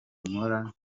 nkora